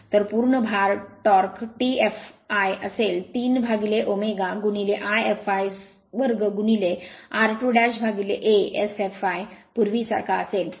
तर पूर्ण भार टॉर्क T fl असेल 3ω I fl2 r2a Sfl पूर्वीसारखा असेल